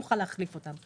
לא נוכל להחליף אותם.